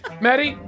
Maddie